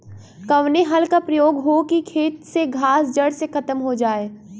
कवने हल क प्रयोग हो कि खेत से घास जड़ से खतम हो जाए?